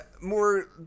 more